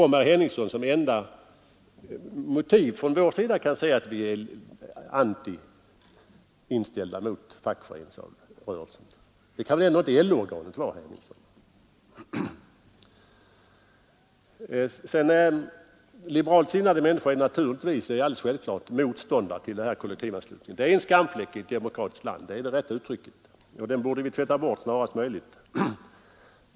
Om herr Henningsson som enda motiv från vår sida kan se att vi skulle vara negativt inställda mot fackföreningsrörelsen, så kan väl ändå inte LO-organet vara det, herr Henningsson. Sedan är det alldeles självklart att liberalt sinnade människor är motståndare till kollektivanslutningen. Den är en skamfläck i ett demokratiskt land — det är det rätta uttrycket — och den borde vi tvätta bort snarast möjligt.